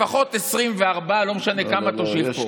לפחות 24, לא משנה כמה תושיב פה.